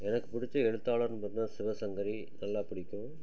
எனக்கு பிடிச்ச எழுத்தாளர்னு பார்த்தா சிவசங்கரி நல்லா பிடிக்கும்